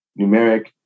numeric